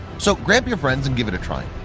so grab your friends and give it a try!